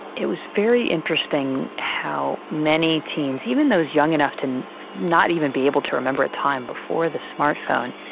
it was a very interesting how many teens, even those young enough to not even be able to remember a time before the smart phone,